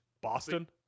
Boston